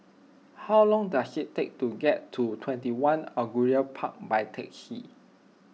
how long does it take to get to twenty one Angullia Park by taxi